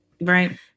Right